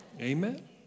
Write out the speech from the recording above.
Amen